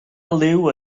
liw